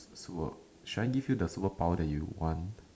work should I give you the superpower that you want